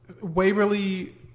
Waverly